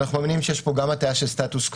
אנחנו מאמינים שיש פה גם הטיה של סטטוס-קוו,